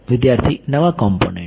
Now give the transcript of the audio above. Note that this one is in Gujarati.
વિદ્યાર્થી નવા કોમ્પોનેન્ટ